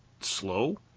slow